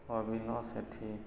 Abhin Sethi